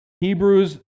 Hebrews